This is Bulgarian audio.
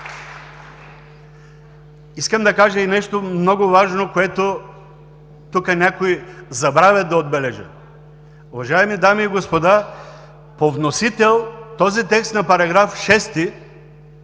Искам да кажа и нещо много важно, което тук някои забравят да отбележат. Уважаеми дами и господа, по вносител текстът на § 6